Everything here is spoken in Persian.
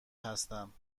هستم